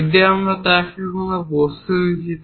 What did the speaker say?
যদি আমরা কোনো বস্তু নিচ্ছি